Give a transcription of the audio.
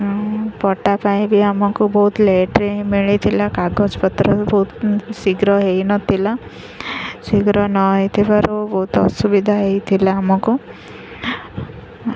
ପଟା ପାଇଁ ବି ଆମକୁ ବହୁତ ଲେଟ୍ରେ ମିଳିଥିଲା କାଗଜପତ୍ର ବହୁତ ଶୀଘ୍ର ହେଇନଥିଲା ଶୀଘ୍ର ନ ହେଇଥିବାରୁ ବହୁତ ଅସୁବିଧା ହେଇଥିଲା ଆମକୁ